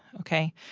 okay?